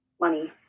Money